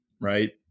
Right